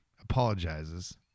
apologizes